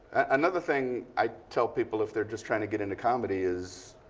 another thing i tell people if they're just trying to get into comedy is